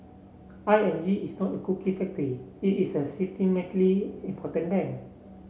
I N G is not a cookie factory it is a systemically important bank